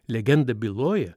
legenda byloja